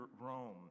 Rome